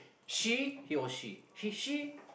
she he or she she she